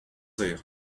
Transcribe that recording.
airs